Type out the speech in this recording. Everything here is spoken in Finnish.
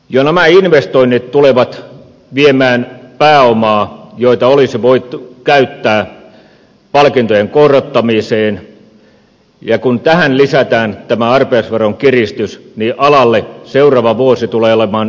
jo nämä investoinnit tulevat viemään pääomaa jota olisi voitu käyttää palkintojen korottamiseen ja kun tähän lisätään tämä arpajaisveron kiristys niin alalle seuraava vuosi tulee olemaan erittäin haasteellinen